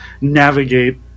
navigate